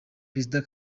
perezida